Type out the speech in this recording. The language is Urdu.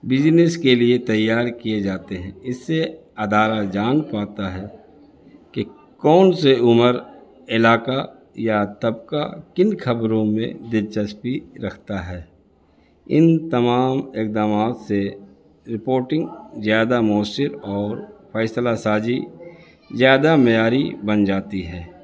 بزنس کے لیے تیار کیے جاتے ہیں اس سے ادارہ جان پاتا ہے کہ کون سے عمر علاقہ یا طبقہ کن خبروں میں دلچسپی رکھتا ہے ان تمام اقدامات سے رپورٹنگ زیادہ مؤثر اور فیصلہ سازی زیادہ معیاری بن جاتی ہے